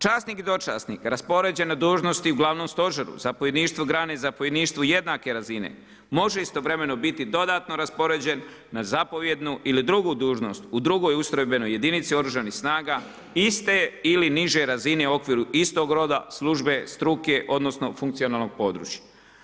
Časnik, dočasnik, raspoređene dužnosti u glavnom stožeru, zapovjedništvo grane, zapovjedništvu jednake razine, može istovremeno biti dodano raspoređen na zapovijedanu ili drugu dužnost u drugoj ustrojenoj jedinici oružanih snaga, iste ili niže razine u okviru istog roda, službe, struke, odnosno funkcionalnog područja.